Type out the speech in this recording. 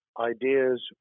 ideas